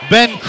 Ben